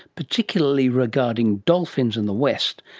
particularly regarding dolphins in the west,